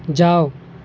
جاؤ